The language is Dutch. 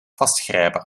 vastgrijpen